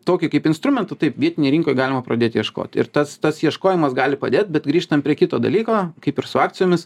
tokį kaip instrumentą taip vietinėj rinkoj galima pradėt ieškot ir tas tas ieškojimas gali padėt bet grįžtam prie kito dalyko kaip ir su akcijomis